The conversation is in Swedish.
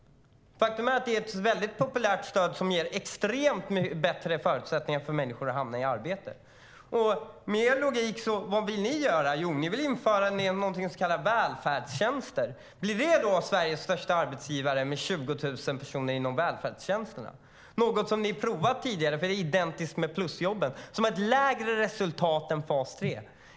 Faktum är att det är ett väldigt populärt stöd som ger extremt mycket bättre förutsättningar för människor att komma i arbete. Vad vill ni göra? Jo, ni vill införa någonting som ni kallar välfärdstjänster. Blir det då Sveriges största arbetsgivare, med 20 000 personer inom välfärdstjänsterna? Det är något som ni har provat tidigare, för det är identiskt med plusjobben - som hade lägre resultat än fas 3.